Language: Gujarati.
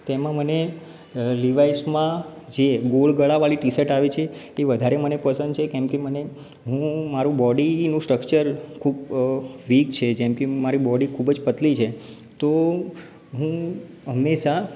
તેમાં મને લીવાઇસમાં જે ગોળ ગળાવાળી ટી શર્ટ આવે છે તે વધારે મને પસંદ છે કેમકે મને હું મારું બોડીનું સ્ટ્રક્ચર ખૂબ વીક છે જેમ કે મારી બોડી ખૂબ જ પતલી છે તો હું હંમેશા